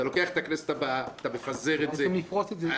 אתה לוקח את הכנסת הבאה, מפזר את זה.